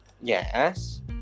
Yes